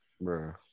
Bro